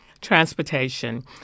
Transportation